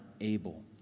able